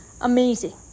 amazing